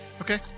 Okay